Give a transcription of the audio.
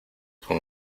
con